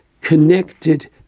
connected